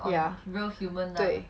yeah 对